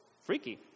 freaky